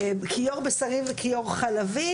כיור בשרי וכיור חלבי,